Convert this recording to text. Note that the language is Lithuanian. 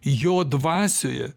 jo dvasioje